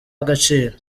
agaciro